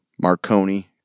Marconi